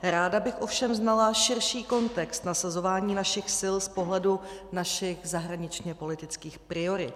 Ráda bych ovšem znala širší kontext nasazování našich sil z pohledu našich zahraničněpolitických priorit.